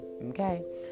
Okay